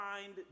find